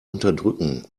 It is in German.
unterdrücken